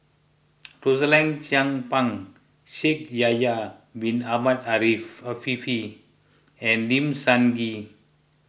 Rosaline Chan Pang Shaikh Yahya Bin Ahmed Afifi and Lim Sun Gee